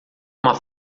uma